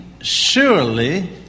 Surely